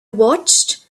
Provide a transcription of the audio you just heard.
watched